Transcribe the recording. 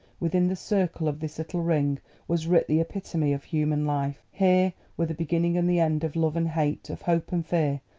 within the circle of this little ring was writ the epitome of human life here were the beginning and the end of love and hate, of hope and fear,